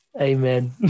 amen